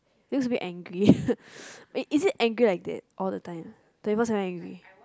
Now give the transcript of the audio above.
looks a bit angry is it angry like that all the time twenty four seven angry